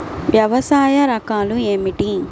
వ్యవసాయ రకాలు ఏమిటి?